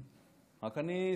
רק אני שמתי לב לזה?